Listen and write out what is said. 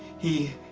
he,